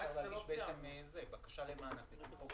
שאפשר להגיש בעצם בקשה למענק לפי חוק זה.